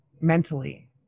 Mentally